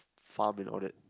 farm and all that